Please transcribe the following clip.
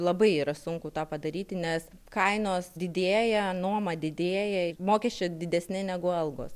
labai yra sunku tą padaryti nes kainos didėja nuoma didėja ir mokesčiai didesni negu algos